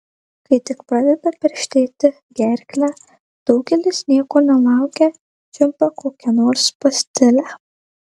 kai tik pradeda perštėti gerklę daugelis nieko nelaukę čiumpa kokią nors pastilę